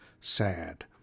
Sad